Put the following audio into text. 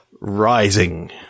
rising